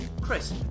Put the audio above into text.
Chris